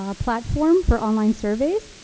ah platform for online surveys.